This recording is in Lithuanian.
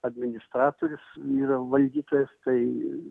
administratorius yra valdytojas tai